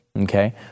Okay